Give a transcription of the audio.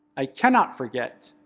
i cannot forget,